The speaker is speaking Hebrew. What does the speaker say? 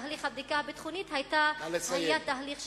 ותהליך הבדיקה הביטחונית היה תהליך שגרתי.